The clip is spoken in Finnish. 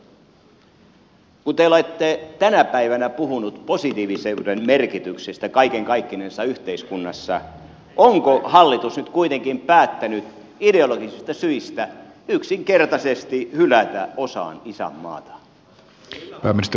kun te olette tänä päivänä puhunut positiivisuuden merkityksestä kaiken kaikkinensa yhteiskunnassa onko hallitus nyt kuitenkin päättänyt ideologisista syistä yksinkertaisesti hylätä osan isänmaataan